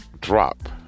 drop